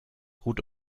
gut